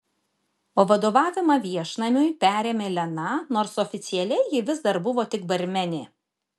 o vadovavimą viešnamiui perėmė lena nors oficialiai ji vis dar buvo tik barmenė